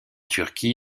turquie